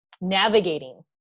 navigating